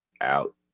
out